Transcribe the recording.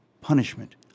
punishment